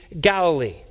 Galilee